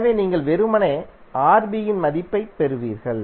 எனவே நீங்கள் வெறுமனே Rb இன் மதிப்பை ப் பெறுவீர்கள்